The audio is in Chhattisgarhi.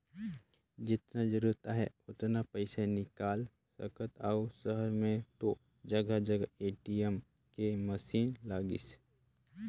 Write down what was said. जेतना के जरूरत आहे ओतना पइसा निकाल सकथ अउ सहर में तो जघा जघा ए.टी.एम के मसीन लगिसे